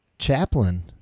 chaplain